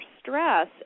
stress